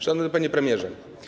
Szanowny Panie Premierze!